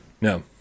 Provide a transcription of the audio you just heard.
no